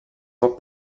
pot